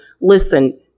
listen